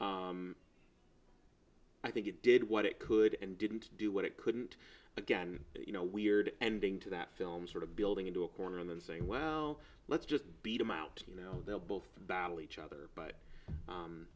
r i think it did what it could and didn't do what it couldn't again you know weird ending to that film sort of building into a corner and then saying well let's just beat him out you know they'll both battle each other but